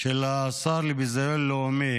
של השר לביזיון לאומי